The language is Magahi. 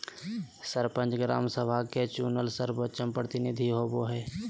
सरपंच, ग्राम सभा के चुनल सर्वोच्च प्रतिनिधि होबो हइ